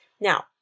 Now